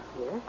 Yes